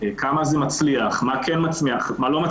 כמה זה מצליח וכמה לא מצליח,